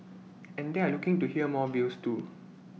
and they're looking to hear more views too